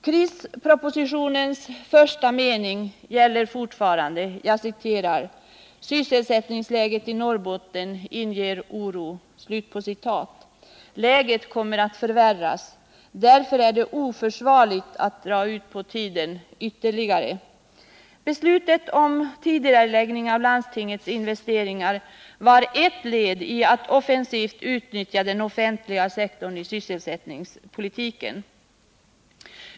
”Krispropositionens” första mening gäller fortfarande: ”Sysselsättningsläget i Norrbotten inger oro.” Läget kommer också att förvärras. Därför är det oförsvarligt att dra ut på tiden ytterligare. Beslutet om tidigareläggning av landstingets investeringar var ett led i strävandena att offensivt utnyttja den offentliga sektorn i sysselsättningspolitiken.